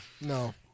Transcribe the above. No